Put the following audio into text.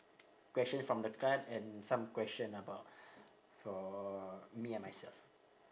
questions from the card and some question about for me and myself